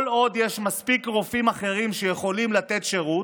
"כל עוד יש מספיק רופאים אחרים שיכולים לתת שירות,